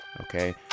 okay